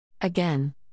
Again